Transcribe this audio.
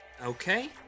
Okay